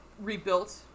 rebuilt